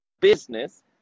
business